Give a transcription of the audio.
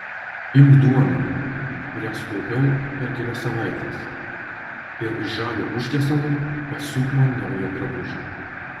imk duoną kurią sutaupiau per kelias savaites ir iš žalio užtiesalo pasiūk man naują drabužį